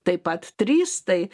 taip pat trys tai